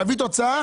להביא תוצאה.